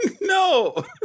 No